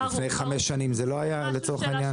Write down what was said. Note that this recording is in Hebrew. לפני חמש שנים זה לא היה לצורך העניין?